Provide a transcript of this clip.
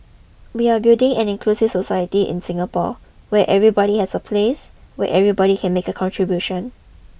we are building an inclusive society in Singapore where everybody has a place where everybody can make a contribution